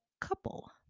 couple